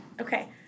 okay